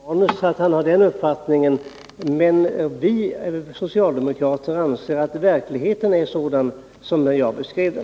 Herr talman! Jag tror att kammarens ledamöter ursäktar Gabriel Romanus för att han har den uppfattningen, men vi socialdemokrater anser att verkligheten är sådan som jag beskrev den.